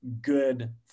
good